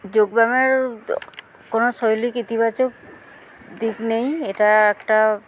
যোগ ব্যায়ামের কোনো শৈলীক ইতিবাচক দিক নেই এটা একটা